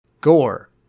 gore